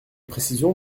précision